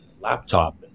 laptop